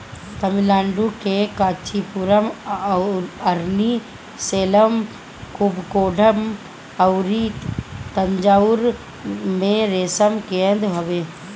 तमिलनाडु के कांचीपुरम, अरनी, सेलम, कुबकोणम अउरी तंजाउर में रेशम केंद्र हवे